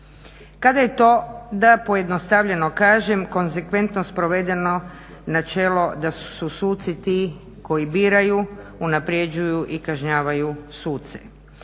kada je to da pojednostavljeno kažem konsekventno sprovedeno načelo da su suci ti koji biraju, unapređuju i kažnjavaju suce.